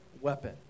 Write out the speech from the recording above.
weapon